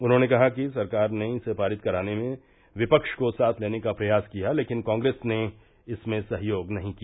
उन्होंने कहा कि सरकार ने इसे पारित कराने में विपक्ष को साथ लेने का प्रयास किया लेकिन कांग्रेस ने इसमें सहयोग नहीं किया